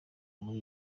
muri